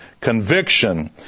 conviction